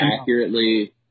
accurately